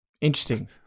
Interesting